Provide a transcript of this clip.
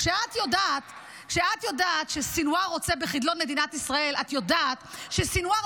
כשאת יודעת שסנוואר רוצה בחידלון מדינת ישראל; את יודעת שסנוואר